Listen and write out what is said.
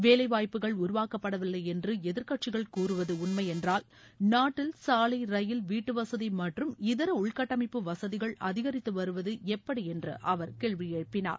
வேலைவாய்ப்புகள உருவாக்கப்படவில்லை என்று எதிர்கட்சிகள் கூறுவது உண்மை என்றால் நாட்டில் சாலை ரயில் வீட்டுவசதி மற்றும் இதர உள்கட்டமைப்பு வசதிகள் அதிகரித்து வருவது எப்படி என்று அவர் கேள்வி எழுப்பினார்